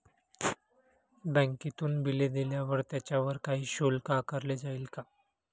बँकेतून बिले दिल्यावर त्याच्यावर काही शुल्क आकारले जाईल का?